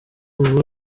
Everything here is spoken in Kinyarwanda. ubu